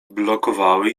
blokowały